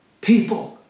people